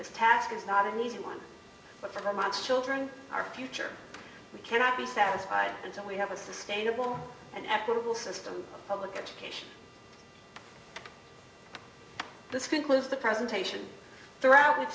task is not an easy one but for my children our future we cannot be satisfied until we have a sustainable and equitable system public education this concludes the presentation throughout